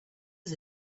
was